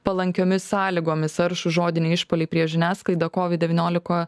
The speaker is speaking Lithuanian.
palankiomis sąlygomis aršūs žodiniai išpuoliai prieš žiniasklaidą kovid devyniolika